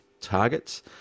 targets